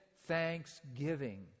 thanksgiving